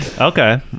okay